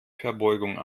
verbeugung